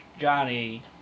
Johnny